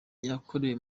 yakorewe